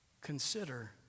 Consider